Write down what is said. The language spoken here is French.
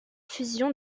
fusion